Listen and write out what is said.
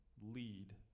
lead